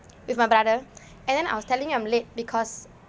with my brother and then I was telling him I'm late because